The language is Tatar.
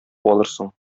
алырсың